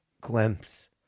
glimpse